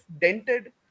dented